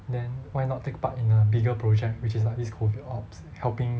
then why not take part in a bigger project which is like this COVID ops helping